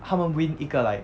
他们 win 一个 like